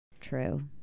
True